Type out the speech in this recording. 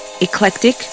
eclectic